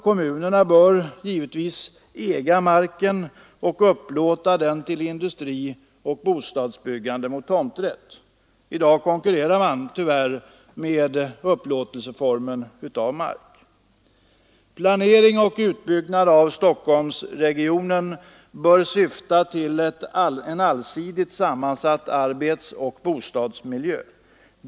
Kommunerna bör givetvis äga marken och upplåta den till industrioch bostadsbyggande med tomträtt. I dag konkurrerar man tyvärr med upplåtelseformen när det gäller mark. Planering och utbyggnad av Stockholmsregionen bör syfta till en allsidigt sammansatt arbetsoch bostadsmiljö.